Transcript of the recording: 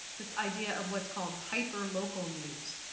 this idea of what's called hyperlocal news.